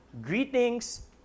Greetings